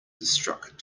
struck